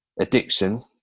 addiction